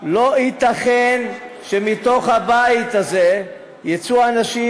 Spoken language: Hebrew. לא ייתכן שמתוך הבית הזה יצאו אנשים